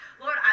Lord